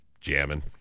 jamming